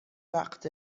وقت